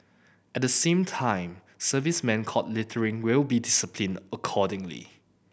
at the same time servicemen caught littering will be disciplined accordingly